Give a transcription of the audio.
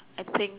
I think